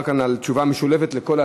בסדר.